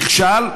ואם הוא נכשל,